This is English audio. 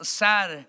sad